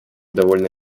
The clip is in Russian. довольно